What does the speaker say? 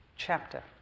chapter